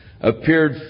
appeared